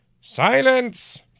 Silence